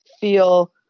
feel